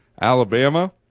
Alabama